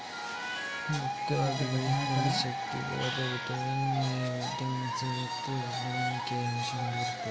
ಮುಖ್ಯವಾಗಿ ಬೀನ್ಸ್ ನಲ್ಲಿ ಶಕ್ತಿಯುತವಾದ ವಿಟಮಿನ್ ಎ, ವಿಟಮಿನ್ ಸಿ ಮತ್ತು ವಿಟಮಿನ್ ಕೆ ಅಂಶ ಕಂಡು ಬರ್ತದೆ